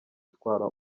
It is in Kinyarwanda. itwara